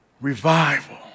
Revival